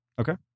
Okay